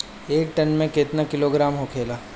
एक टन मे केतना किलोग्राम होखेला?